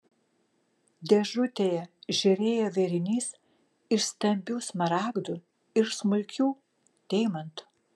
dėžutėje žėrėjo vėrinys iš stambių smaragdų ir smulkių deimantų